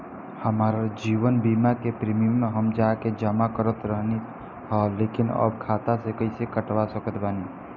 हमार जीवन बीमा के प्रीमीयम हम जा के जमा करत रहनी ह लेकिन अब खाता से कइसे कटवा सकत बानी?